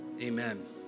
Amen